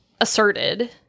asserted